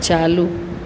चालू